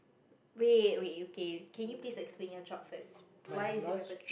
wait wait okay can you please explain your job first why is it repetitive